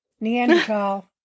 Neanderthal